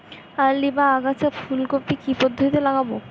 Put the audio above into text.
Early বা আগাম ফুল কপি কি পদ্ধতিতে লাগাবো?